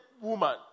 woman